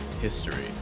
history